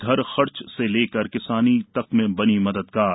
घर खर्च से लेकर किसानी में तक बनी मददगार